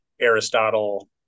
Aristotle